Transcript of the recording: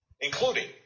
including